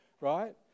right